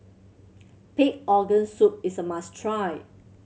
pig organ soup is a must try